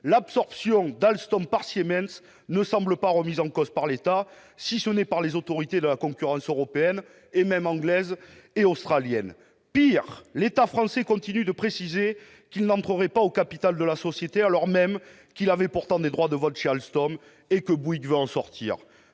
L'absorption d'Alstom par Siemens ne semble pas remise en cause par l'État, alors qu'elle l'est par l'autorité de la concurrence européenne et même par les autorités britannique et australienne ! Ce qui est pire, l'État français continue de préciser qu'il n'entrera pas au capital de la société, alors même qu'il avait des droits de vote chez Alstom et que Bouygues veut en sortir.